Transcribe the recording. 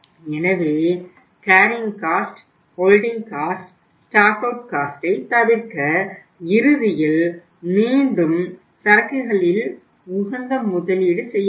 எனவே carrying cost ஐ தவிர்க்க இறுதியில் மீண்டும் சரக்குகளின் உகந்த முதலீடு செய்ய வேண்டும்